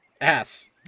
Ass